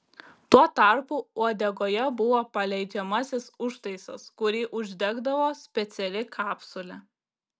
tuo tarpu uodegoje buvo paleidžiamasis užtaisas kurį uždegdavo speciali kapsulė